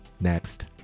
next